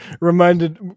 reminded